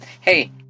Hey